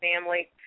family